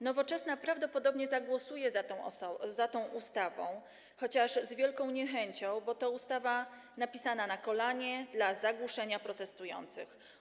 Nowoczesna prawdopodobnie zagłosuje za tą ustawą, chociaż z wielką niechęcią, bo to ustawa napisana na kolanie, dla zagłuszenia protestujących.